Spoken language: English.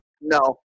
No